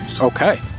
Okay